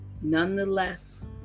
Nonetheless